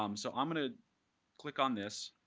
um so i'm going to click on this.